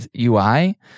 UI